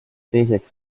teiseks